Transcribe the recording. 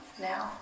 now